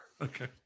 okay